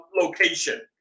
location